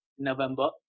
November